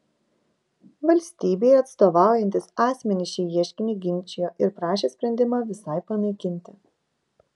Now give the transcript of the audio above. valstybei atstovaujantys asmenys šį ieškinį ginčijo ir prašė sprendimą visai panaikinti